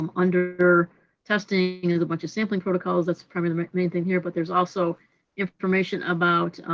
um under testing is a bunch of sampling protocols. that's probably the main thing here, but there's also information about